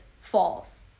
false